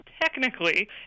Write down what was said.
Technically